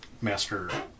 Master